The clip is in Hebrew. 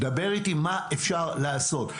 תגיד לי מה אפשר לעשות.